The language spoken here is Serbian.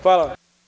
Hvala.